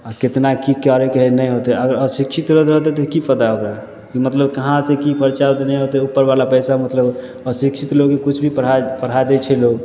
आओर कतना कि कै देलकै नहि होतै अशिक्षित अगर रहतै तऽ कि पता ओकरा कि मतलब कहाँसे कि परचा होतै नहि होतै ओकरवला पइसा मतलब अशिक्षित लोकके किछु भी पढ़ा पढ़ा दै छै लोक